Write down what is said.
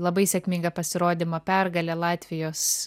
labai sėkmingą pasirodymą pergalę latvijos